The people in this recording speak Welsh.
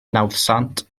nawddsant